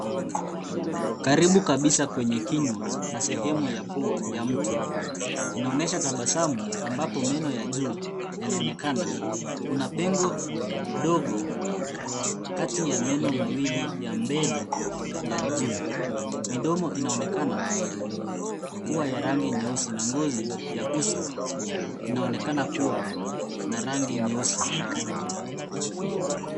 Karibu kabisa kwenye kinywa na sehemu ya pua ya mtu. Inaonyesha tabasamu ambapo meno ya juu yanaonekana. Kuna pengo ndogo kati ya meno mawili ya mbele ya juu. Midomo inaonekana kua ya rangi nyeusi, na ngozi ya uso inaonekana kua na rangi nyeusi.